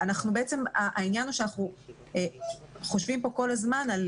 בעצם, העניין הוא שאנחנו כל הזמן חושבים כאן על